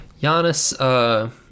Giannis